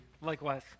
Likewise